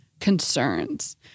Concerns